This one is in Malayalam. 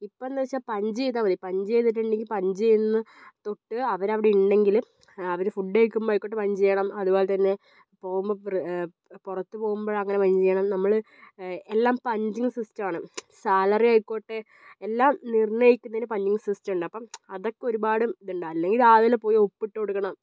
ഇപ്പം എന്നു വച്ചാൽ പഞ്ച് ചെയ്താൽ മതി പഞ്ച് ചെയ്തിട്ടുണ്ടെങ്ങിൽ പഞ്ച് ചെയ്യുന്ന തൊട്ട് അവരവിടെ ഉണ്ടെങ്കിൽ അവർ ഫുഡ് കഴിക്കുമ്പം ആയിക്കോട്ടെ പഞ്ച് ചെയ്യണം അതുപോലെതന്നെ പോകുമ്പോൾ പുറത്ത് പോവുമ്പോൾ അങ്ങനെ പഞ്ച് ചെയ്യണം നമ്മൾ എല്ലാം പഞ്ചിങ്ങ് സിസ്റ്റം ആണ് സാലറി ആയിക്കോട്ടെ എല്ലാം നിർണ്ണയിക്കുന്നതിന് പഞ്ചിഞ്ച് സിസ്റ്റമുണ്ട് അപ്പം അതൊക്കെ ഒരുപാട് ഇതുണ്ട് അല്ലെങ്കിൽ രാവിലെ പോയി ഒപ്പിട്ട് കൊടുക്കണം